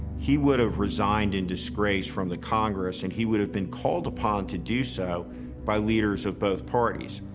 he would have resigned in disgrace from the congress, and he would have been called upon to do so by leaders of both parties.